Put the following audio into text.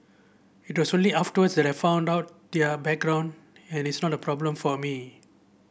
it was only afterwards that I found out their background and it is not a problem for me